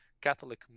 Catholic